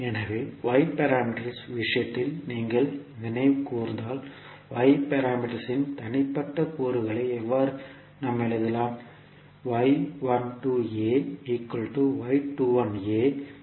எனவே Y parameters இன் விஷயத்தில் நீங்கள் நினைவு கூர்ந்தால் Y பாராமீட்டர்ஸ் இன் தனிப்பட்ட கூறுகளை எவ்வாறு தொகுக்கிறோம்